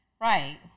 Right